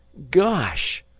gosh!